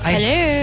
Hello